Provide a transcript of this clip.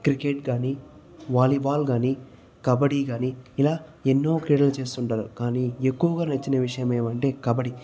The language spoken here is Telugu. క్రికెట్ కాని వాలీబాల్ కాని కబడ్డీ కాని ఇలా ఎన్నో క్రీడలు చేస్తుంటారు కానీ ఎక్కువగా నచ్చిన విషయమేమంటే కబడ్డీ